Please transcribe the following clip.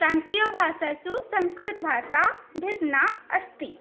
प्रान्तीयभाषासु संस्कृतभाषा भिन्ना अस्ति